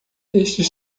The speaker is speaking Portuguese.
estes